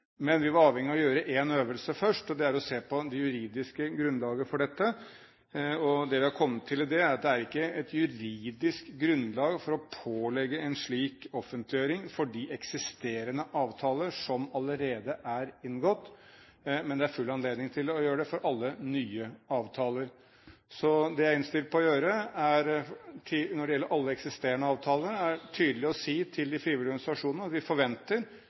Men vi er avhengig av å gjøre en øvelse først, og det er å se på det juridiske grunnlaget for dette. Og det vi har kommet til i det, er at det er ikke et juridisk grunnlag for å pålegge en slik offentliggjøring for de eksisterende avtaler som allerede er inngått, men det er full anledning til å gjøre det for alle nye avtaler. Så det jeg er innstilt på å gjøre når det gjelder alle eksisterende avtaler, er tydelig å si til de frivillige organisasjonene at vi forventer